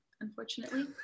unfortunately